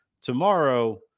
tomorrow